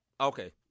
Okay